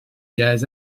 gaz